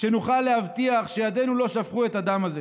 כדי שנוכל להבטיח שידינו לא שפכו את הדם הזה.